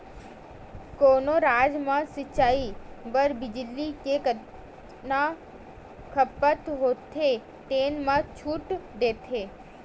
कोनो राज म सिचई बर बिजली के जतना खपत होथे तेन म छूट देथे